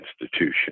institution